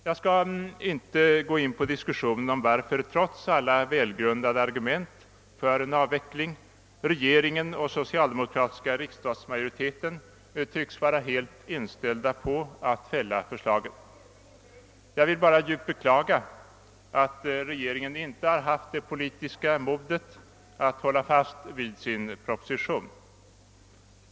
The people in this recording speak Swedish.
Jag skall inte gå in på diskussionen om varför, trots alla välgrundade argument för en avveckling, regeringen och den socialdemokratiska riksdagsmajoriteten tycks vara helt inställda på att fälla förslaget. Jag vill bara djupt beklaga att regeringen inte haft det politiska modet att hålla fast vid sin proposition.